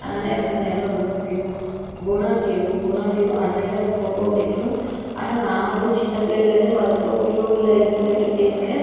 அதனால எனக்கு அந்த இடம் ரொம்ப பிடிக்கும் குணா கேவ் குணா கேவ் அந்த இடம் எனக்கு ரொம்ப பிடிக்கும் ஆனால் நான் வந்து சின்னப் பிள்ளையிலேருந்து பாத்திருக்கோம் உள்ளே உள்ளே இது வரைக்கும் போய்ருக்கேன்